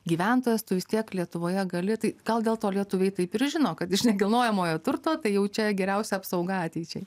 gyventojas tu vis tiek lietuvoje gali tai gal dėl to lietuviai taip ir žino kad iš nekilnojamojo turto tai jau čia geriausia apsauga ateičiai